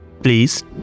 Please